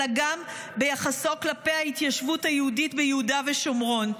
אלא גם ביחסו כלפי ההתיישבות היהודית ביהודה ושומרון.